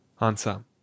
answer